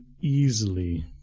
easily